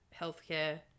healthcare